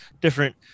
different